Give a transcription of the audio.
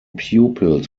pupils